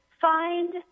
find